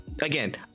again